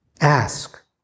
Ask